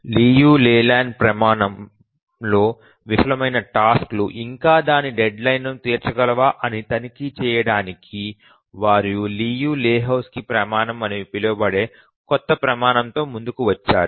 Liu Layland ప్రమాణంలో విఫలమైన task లు ఇంకా దాని డెడ్లైన్ లను తీర్చగలవా అని తనిఖీ చేయడానికి వారు లియు లెహోజ్కీ ప్రమాణం అని పిలువబడే కొత్త ప్రమాణంతో ముందుకు వచ్చారు